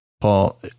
Paul